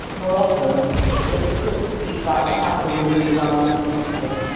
more often it's the sorts of feedback that happen within the dialogic classroom.